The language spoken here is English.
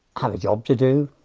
have a job to do,